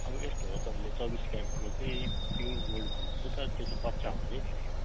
अब यस्तो हो तपाईँले चौबिस क्यारेटको चाहिँ प्योर गोल्ड भन्नुहुन्छ तर त्यो चाहिँ कच्चा हुन्छ है धेरै